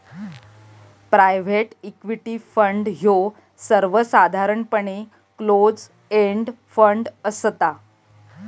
private equity fund ह्यो सर्वसाधारणपणे close end fund असता